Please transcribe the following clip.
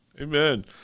Amen